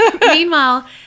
Meanwhile